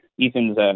Ethan's